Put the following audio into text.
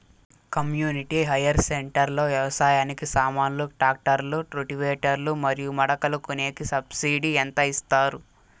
community hire centre లో వ్యవసాయానికి సామాన్లు ట్రాక్టర్లు రోటివేటర్ లు మరియు మడకలు కొనేకి సబ్సిడి ఎంత ఇస్తారు